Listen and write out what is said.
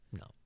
No